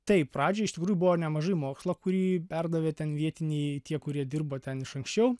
taip pradžioj iš tikrųjų buvo nemažai mokslo kurį perdavė ten vietiniai tie kurie dirba ten iš anksčiau